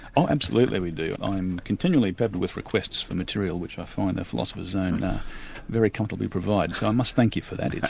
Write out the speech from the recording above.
oh, absolutely we do. i'm continually peppered with requests for material which i find the philosopher's zone very comfortably provides, so i must thank you for that,